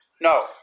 No